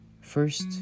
First